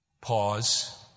Pause